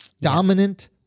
Dominant